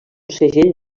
segell